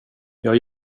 jag